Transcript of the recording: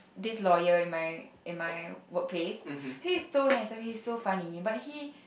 this lawyer in my in my workplace he's so handsome he's so funny but he